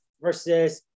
versus